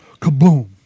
kaboom